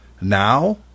Now